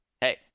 hey